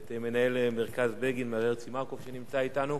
את מנהל מרכז בגין, מר הרצל מקוב, שנמצא אתנו.